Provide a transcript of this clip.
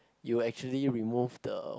you will actually remove the